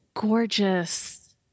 gorgeous